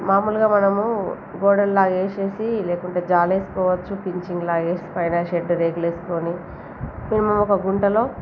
మామూలుగా మనము గోడల్లాగా వేసేసి లేకుంటే జాలేసుకోవచ్చు పించింగ్లాగా వేసి పైన షెడ్ రేకులేసుకొని మినిమం ఒక గుంటలో